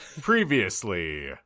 previously